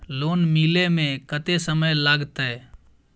Loan मिले में कत्ते समय लागते?